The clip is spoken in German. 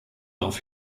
darauf